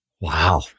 Wow